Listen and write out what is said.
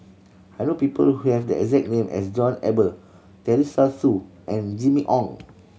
I know people who have the exact name as John Eber Teresa Hsu and Jimmy Ong